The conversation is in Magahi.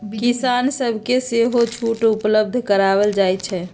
किसान सभके सेहो छुट उपलब्ध करायल जाइ छइ